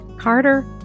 Carter